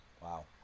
Wow